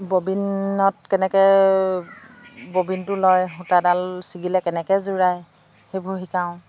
ববিনত কেনেকৈ ববিনটো লয় সূতাডাল ছিগিলে কেনেকৈ জোৰায় সেইবোৰ শিকাওঁ